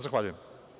Zahvaljujem.